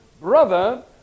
brother